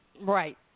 Right